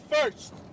first